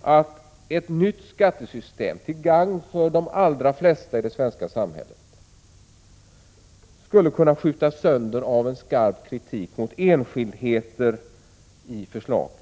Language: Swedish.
att ett nytt skattesystem till gagn för de allra flesta skulle kunna skjutas sönder av en skarp kritik mot enskildheter i förslaget.